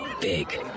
big